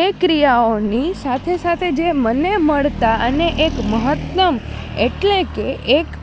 એ ક્રિયાઓની સાથે સાથે જે મને મળતા અને એ મહત્તમ એટલે કે એક